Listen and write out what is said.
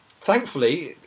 thankfully